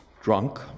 drunk